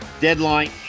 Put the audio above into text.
Deadline